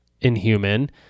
inhuman